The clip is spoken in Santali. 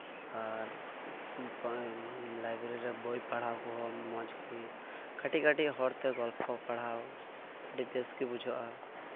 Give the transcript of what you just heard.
ᱟᱨ ᱞᱟᱭᱵᱨᱮᱨᱤ ᱨᱮ ᱵᱳᱭ ᱯᱟᱲᱦᱟᱣ ᱠᱚᱦᱚᱸ ᱢᱚᱸᱡ ᱜᱮ ᱠᱟᱹᱴᱤᱡ ᱠᱟᱹᱴᱤᱡ ᱦᱚᱲ ᱛᱮ ᱜᱚᱞᱯᱷᱚ ᱯᱟᱲᱦᱟᱣ ᱟᱹᱰᱤ ᱵᱮᱥ ᱜᱮ ᱵᱩᱡᱷᱟᱹᱜᱼᱟ